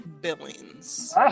Billings